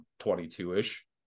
22-ish